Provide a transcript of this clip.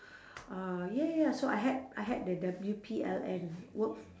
uh ya ya ya so I had I had the W_P_L_N work